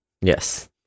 Yes